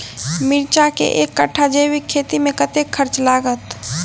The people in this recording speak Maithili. मिर्चा केँ एक कट्ठा जैविक खेती मे कतेक खर्च लागत?